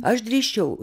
aš drįsčiau